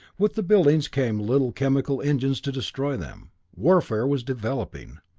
with the buildings came little chemical engines to destroy them warfare was developing.